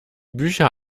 bücher